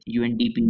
UNDP